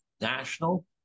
national